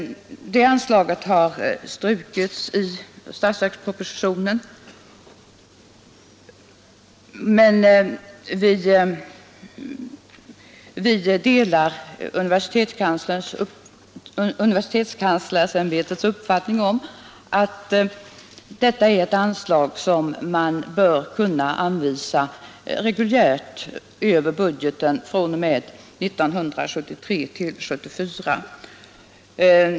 Det anslaget har strukits i statsverkspropositionen, men vi delar universitetskanslersämbetets uppfattning att detta är ett anslag som man bör kunna anvisa reguljärt över budgeten fr.o.m. budgetåret 1973/74.